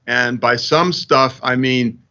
and by some stuff i mean